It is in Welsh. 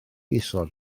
isod